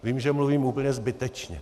Vím, že mluvím úplně zbytečně.